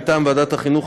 מטעם ועדת החינוך,